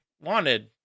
wanted